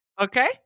Okay